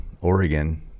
Oregon